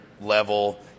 level